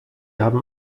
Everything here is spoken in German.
haben